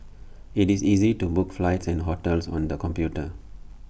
IT is easy to book flights and hotels on the computer